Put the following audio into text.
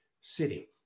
city